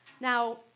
Now